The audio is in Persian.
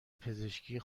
پزشکی